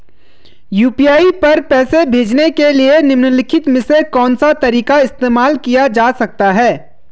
UPI पर पैसे भेजने के लिए निम्नलिखित में से कौन सा तरीका इस्तेमाल किया जा सकता है?